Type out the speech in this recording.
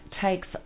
takes